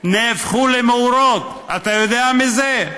נהפכו למאורות, אתה יודע מזה?